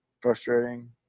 frustrating